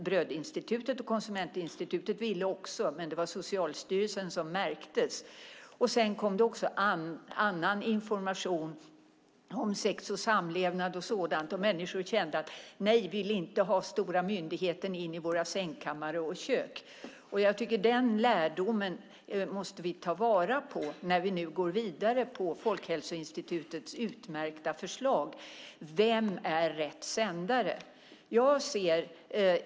Brödinstitutet och Konsumentinstitutet ville det också, men det var Socialstyrelsen som märktes. Sedan kom det också annan information, om sex och samlevnad och sådant, och människor kände att de inte ville ha in den stora myndigheten i sina sängkammare och kök. Den lärdomen måste vi ta vara på när vi nu går vidare med Folkhälsoinstitutets utmärkta förslag, alltså: Vem är rätt sändare?